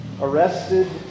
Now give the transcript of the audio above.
arrested